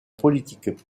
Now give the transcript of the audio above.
politique